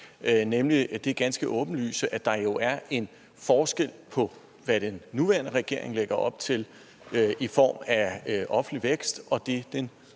rummet: det ganske åbenlyse, at der jo er en forskel på, hvad den nuværende regering lægger op til i form af offentlig vækst, og hvad den